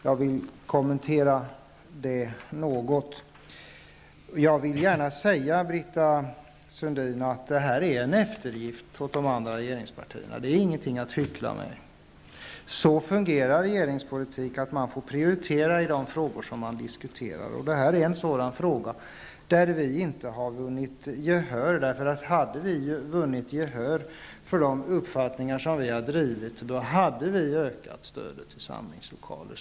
Jag vill kommentera det något. Jag vill gärna säga, Britta Sundin, att det här är en eftergift åt de andra regeringspartierna. Det är ingenting att hyckla med. Regeringspolitiken fungerar så att man får prioritera i de frågor som man diskuterar. Det här är en sådan fråga där vi inte har vunnit gehör. Hade vi vunnit gehör för de uppfattningar som vi har drivit, hade vi ökat stödet till samlingslokaler.